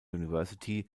university